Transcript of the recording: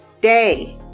day